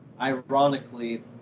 Ironically